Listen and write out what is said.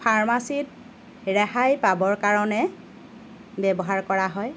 ফাৰ্মাছীত ৰেহাই পাবৰ কাৰণে ব্যৱহাৰ কৰা হয়